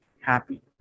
happy